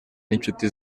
n’inshuti